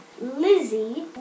Lizzie